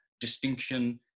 distinction